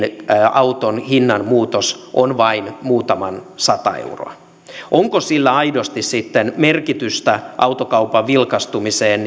auton hinnan muutos on vain muutaman sata euroa onko sillä aidosti sitten merkitystä autokaupan vilkastumiseen